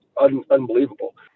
unbelievable